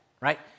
right